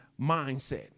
Mindset